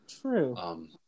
True